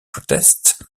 protests